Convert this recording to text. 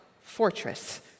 fortress